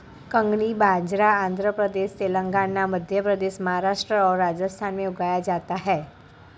कंगनी बाजरा आंध्र प्रदेश, तेलंगाना, मध्य प्रदेश, महाराष्ट्र और राजस्थान में उगाया जाता है